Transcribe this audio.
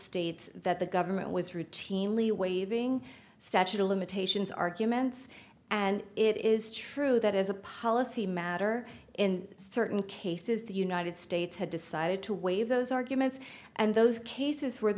states that the government was routinely waiving statute of limitations arguments and it is true that as a policy matter in certain cases the united states had decided to waive those arguments and those cases were